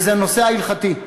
וזה הנושא ההלכתי.